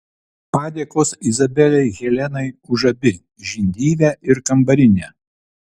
padėkos izabelei helenai už abi žindyvę ir kambarinę